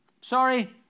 Sorry